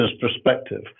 perspective